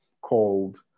called